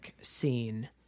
scene